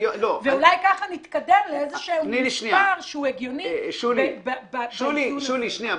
ואולי ככה נתקדם לאיזשהו מספר שהוא הגיוני באיזון הזה.